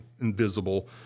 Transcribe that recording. invisible